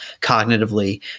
cognitively